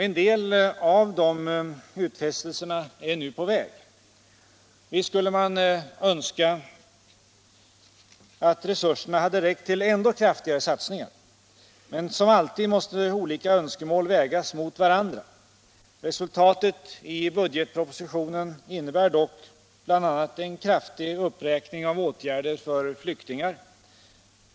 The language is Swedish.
En del av de utfästelserna är nu på väg att infrias. Visst skulle man önska att resurserna hade räckt till ännu kraftigare satsningar, men som alltid måste olika önskemål vägas mot varandra. Resultatet i budgetpropositionen innebär dock bl.a. en kraftig uppräkning av anslaget Åtgärder för flyktingar.